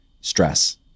stress